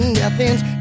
nothing's